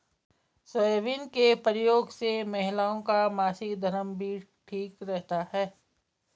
soybean के प्रयोग से महिलाओं का मासिक धर्म भी ठीक रहता है